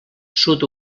sud